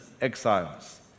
exiles